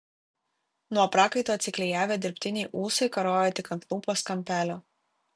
nuo prakaito atsiklijavę dirbtiniai ūsai karojo tik ant lūpos kampelio